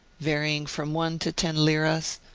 varying from one to ten liras,